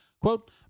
Quote